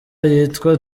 yitwa